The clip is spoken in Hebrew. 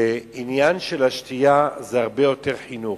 ועניין השתייה זה הרבה יותר חינוך.